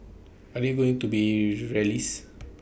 are there going to be rallies